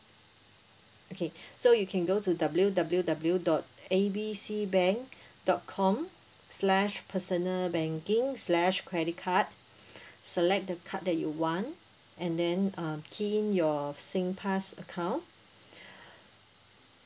okay so you can go to W_W_W dot A B C bank dot com slash personal banking slash credit card select the card that you want and then uh key in your singpass account